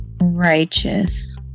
Righteous